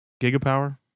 Gigapower